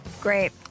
Great